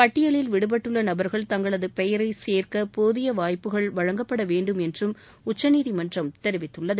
பட்டியலில் விடுபட்டுள்ள நபர்கள் தங்களது பெயரை சேர்க்க போதிய வாய்ப்புகள் வழங்கப்பட வேண்டும் என்றும் உச்சநீதிமன்றம் தெரிவித்துள்ளது